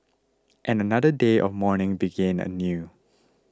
and another day of mourning began anew